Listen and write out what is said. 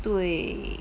对